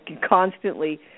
constantly